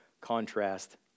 contrast